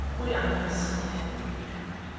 we understand each other.